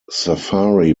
safari